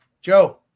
Joe